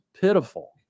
pitiful